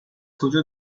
کجا